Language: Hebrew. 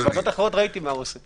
בוועדות אחרות ראיתי מה הוא עושה.